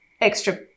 extra